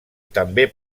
també